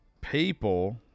people